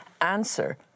answer